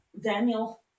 daniel